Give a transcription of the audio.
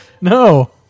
no